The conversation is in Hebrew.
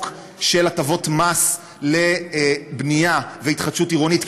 של הטבות מס לבנייה והתחדשות עירונית,